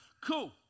Cool